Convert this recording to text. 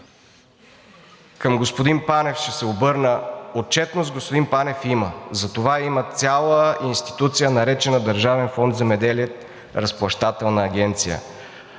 Към господин Панев ще се обърна, отчетност, господин Панев, има. За това има цяла институция, наречена Държавен фонд „Земеделие“ – Разплащателна агенция.